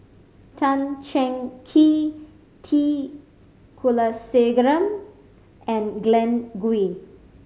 Tan Cheng Kee T Kulasekaram and Glen Goei